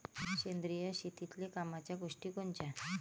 सेंद्रिय शेतीतले कामाच्या गोष्टी कोनच्या?